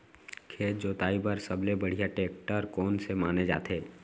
खेत जोताई बर सबले बढ़िया टेकटर कोन से माने जाथे?